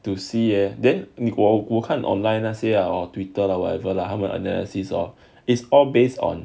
to see eh then 你我我我看 online 那些 hor twitter lah whatever lah 他们 analysis hor it's all based on